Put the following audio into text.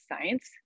science